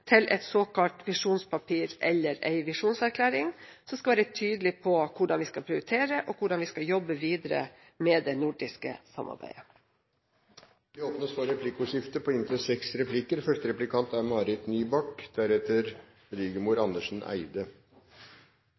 til et såkalt visjonspapir, eller en visjonserklæring, som skal være tydelig på hvordan vi skal prioritere, og hvordan vi skal jobbe videre med det nordiske samarbeidet. Det blir replikkordskifte.